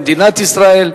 למדינת ישראל.